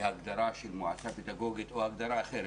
בהגדרה של מועצה פדגוגית או הגדרה אחרת,